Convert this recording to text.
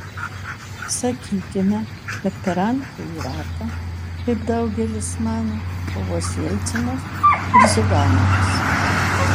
sakykime kad per antrąjį ratą kaip daugelis mano kovos jelcinas ir ziuganovas